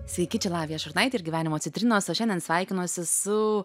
sveiki čia lavija šurnaitė ir gyvenimo citrinos o šiandien sveikinuosi su